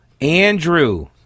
Andrew